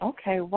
Okay